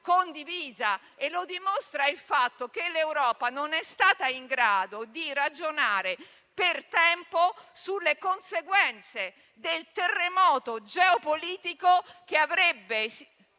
condivisa e lo dimostra il fatto che l'Europa non è stata in grado di ragionare per tempo sulle conseguenze del terremoto geopolitico che avrebbe